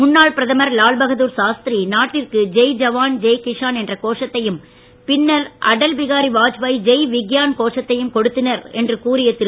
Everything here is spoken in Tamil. முன்னாள் பிரதமர் லால்பகதூர் சாஸ்திரி நாட்டிற்கு ஜெய் ஜவான் ஜெய் கிஷான் என்ற கோஷத்தையும் பின்னர் அடல் பிகாரி வாஜ்பாய் ஜெய் விக்யான் கோஷத்தையும் கொடுத்தனர் என்று கூறிய திரு